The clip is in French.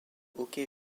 hockey